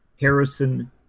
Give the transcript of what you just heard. Harrison